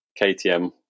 KTM